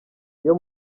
iyo